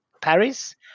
Paris